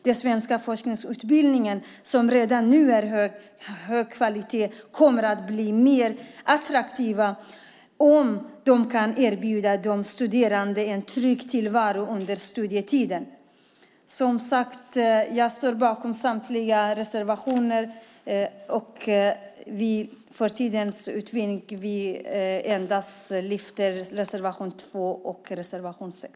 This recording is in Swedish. Den svenska forskarutbildningen, som redan nu är av hög kvalitet, kommer att bli attraktivare om de studerande kan erbjudas en trygg tillvaro under studietiden. Jag står alltså bakom samtliga våra reservationer, men för tids vinnande lyfter jag fram endast reservationerna 2 och 6.